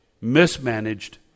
mismanaged